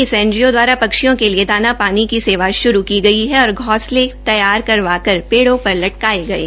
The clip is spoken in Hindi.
इस एनजीओ द्वारा पक्षियों के लिए दाना पानी की सेवा शुरू की गई और घौसले तैयार करवाकर पेड़ों पर लटकाये गये